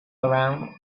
around